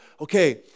Okay